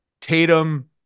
Tatum